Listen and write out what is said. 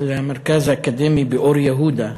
על המרכז האקדמי באור-יהודה,